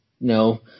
No